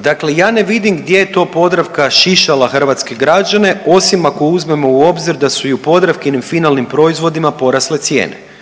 Dakle, ja ne vidim gdje je to Podravka šišala hrvatske građane osim ako uzmemo u obzir da su i u podravkinim finalnim proizvodima porasle cijene.